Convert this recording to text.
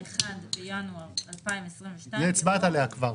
1 בינואר 2021" הצבעת עליה כבר.